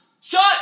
Shut